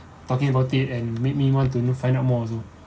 talking about it and made me want to find out more also